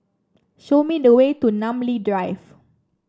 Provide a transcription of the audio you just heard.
show me the way to Namly Drive